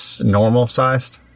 normal-sized